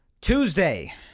Tuesday